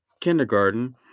kindergarten